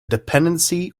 dependency